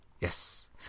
yes